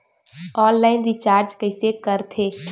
Online recharge कइसे करथे?